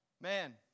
Man